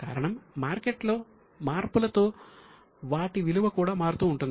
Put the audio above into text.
కారణం మార్కెట్లో మార్పులతో వాటి విలువ కూడా మారుతూ ఉంటుంది